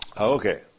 Okay